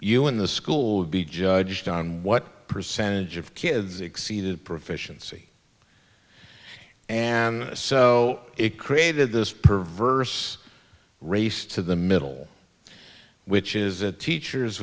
you in the school would be judged on what percentage of kids exceeded proficiency and so it created this perverse race to the middle which is that teachers